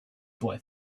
boy